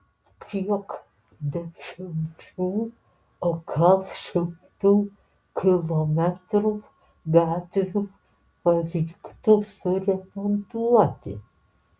kiek dešimčių o gal šimtų kilometrų gatvių pavyktų suremontuoti